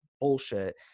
bullshit